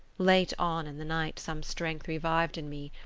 late on in the night some strength revived in me,